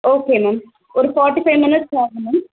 okay ma'am ஒரு forty five minutes ஆகும் ma'am